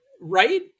right